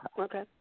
Okay